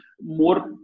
more